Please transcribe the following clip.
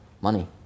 Money